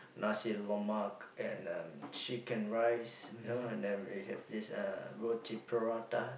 nasi-lemak and um chicken-rice you know then we have this uh roti prata